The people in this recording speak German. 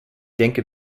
denke